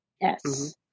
Yes